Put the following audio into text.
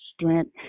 strength